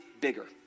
bigger